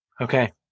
Okay